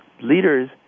leaders